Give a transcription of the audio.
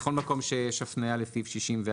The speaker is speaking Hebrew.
בכל מקום שיש הפנייה לסעיף 64(א)